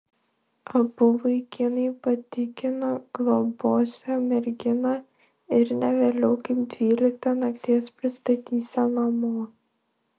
abu vaikinai patikino globosią merginą ir ne vėliau kaip dvyliktą nakties pristatysią namo